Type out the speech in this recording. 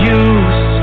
use